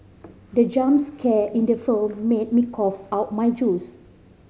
the jump scare in the film made me cough out my juice